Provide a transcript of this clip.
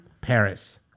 Paris